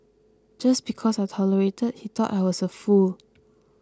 just because I tolerated he thought I was a fool